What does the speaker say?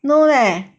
no leh